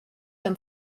dann